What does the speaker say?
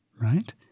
Right